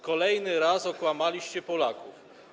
Kolejny raz okłamaliście Polaków.